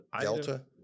delta